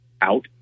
out